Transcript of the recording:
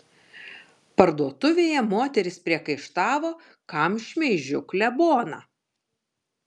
parduotuvėje moterys priekaištavo kam šmeižiu kleboną